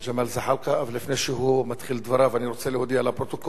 ולפני שהוא מתחיל את דבריו אני רוצה להודיע לפרוטוקול שההצבעות